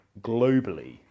globally